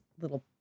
little